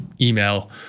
email